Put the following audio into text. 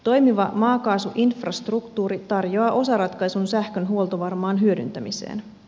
toimiva maakaasuinfrastruktuuri tarjoaa osaratkaisun sähkön huoltovarmaan hyödyntämiseen